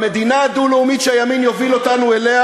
במדינה הדו-לאומית שהימין יוביל אותנו אליה